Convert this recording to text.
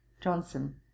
Johnson